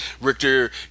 Richter